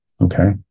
Okay